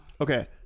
Okay